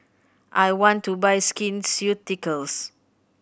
I want to buy Skin Ceuticals